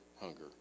hunger